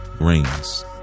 rings